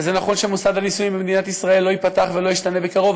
וזה נכון שמוסד הנישואים במדינת ישראל לא ייפתח ולא ישתנה בקרוב,